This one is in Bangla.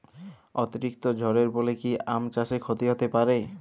অতিরিক্ত ঝড়ের ফলে কি আম চাষে ক্ষতি হতে পারে?